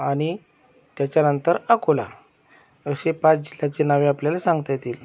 आणि त्याच्यानंतर अकोला असे पाच जिल्ह्याची नावे आपल्याला सांगता येतील